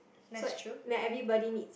so like everybody needs